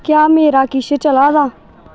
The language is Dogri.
क्या मेरा किश चला दा